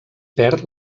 perd